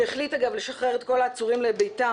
שהחליט אגב לשחרר את כל העצורים לביתם